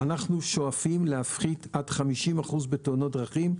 אנחנו שואפים להפחית עד 50% בתאונות דרכים,